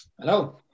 Hello